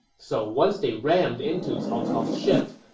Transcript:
so once they rammed into cao cao's ships,